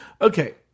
okay